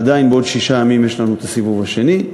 ועדיין בעוד שישה ימים יש לנו סיבוב שני,